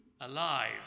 alive